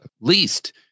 least